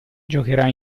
giocherà